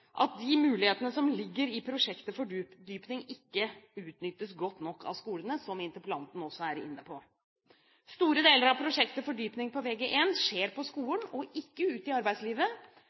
at de mulighetene som ligger i prosjekt til fordypning, ikke utnyttes godt nok av skolene, noe som interpellanten også er inne på. Store deler av prosjekt til fordypning på Vg1 skjer på skolen og ikke ute i arbeidslivet,